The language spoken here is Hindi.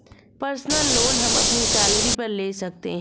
पर्सनल लोन हम अपनी सैलरी पर ले सकते है